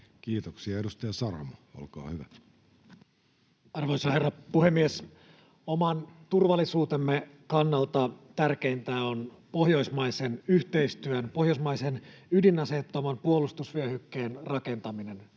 Kiitoksia. — Edustaja Saramo, olkaa hyvä. Arvoisa herra puhemies! Oman turvallisuutemme kannalta tärkeintä on pohjoismaisen yhteistyön ja pohjoismaisen ydinaseettoman puolustusvyöhykkeen rakentaminen.